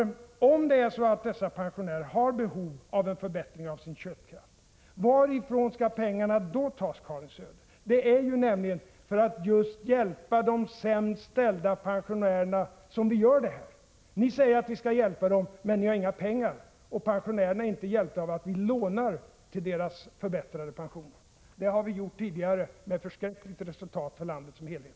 Om dessa pensionärer har behov av en förbättring av sin köpkraft, varifrån skall pengarna då tas? Det är ju nämligen för att hjälpa just de sämst ställda pensionärerna som vi gör detta. Ni säger att vi skall hjälpa dem, men ni har inga pengar. Och pensionärerna är inte hjälpta av att vi lånar till deras förbättrade pensioner. Det har vi gjort tidigare, med förskräckligt resultat för landet som helhet.